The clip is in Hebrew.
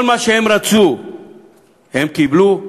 כל מה שהם רצו הם קיבלו,